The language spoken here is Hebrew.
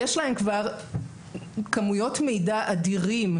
יש להם כבר כמויות מידע אדירות,